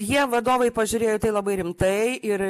jie vadovai pažiūrėjo į tai labai rimtai ir